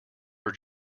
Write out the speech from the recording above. are